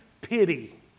pity